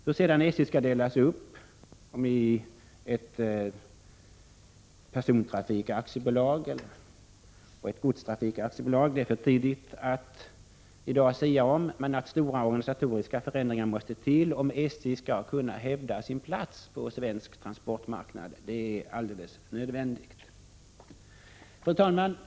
Hur SJ skall delas upp — om det skall bli 59 ett persontrafikaktiebolag och ett godstrafikaktiebolag — är för tidigt att sia omi dag, men stora organisatoriska förändringar måste till om SJ skall kunna hävda sin plats på svensk transportmarknad. Fru talman!